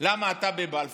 למה אתה בבלפור?